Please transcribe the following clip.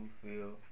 feel